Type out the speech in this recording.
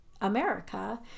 America